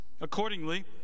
Accordingly